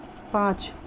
पाँच